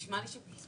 נשמע לי כן.